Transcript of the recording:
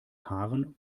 haaren